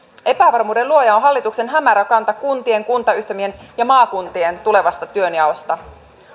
epävarmuuden luoja on hallituksen hämärä kanta kuntien kuntayhtymien ja maakuntien tulevasta työnjaosta